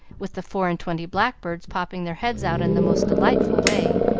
with the four-and-twenty blackbirds popping their heads out in the most delightful way.